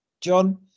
John